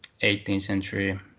18th-century